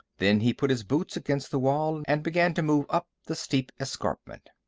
then he put his boots against the wall and began to move up the steep escarpment.